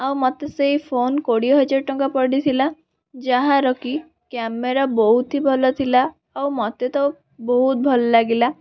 ଆଉ ମୋତେ ସେଇ ଫୋନ କୋଡ଼ିଏହଜାର ଟଙ୍କା ପଡ଼ିଥିଲା ଯାହାର କି କ୍ୟାମେରା ବହୁତ ହି ଭଲ ଥିଲା ଆଉ ମୋତେ ତ ବହୁତ ଭଲ ଲାଗିଲା